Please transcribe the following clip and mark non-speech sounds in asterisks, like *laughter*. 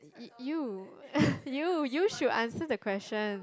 you you *laughs* you you should answer the question